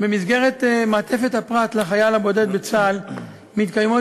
במסגרת מעטפת הפרט לחייל הבודד בצה"ל מתקיימות